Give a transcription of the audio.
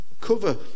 cover